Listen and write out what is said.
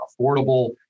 affordable